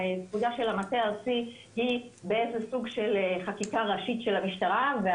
פקודה של המטה הארצי היא באיזה סוג של חקיקה ראשית של המשטרה,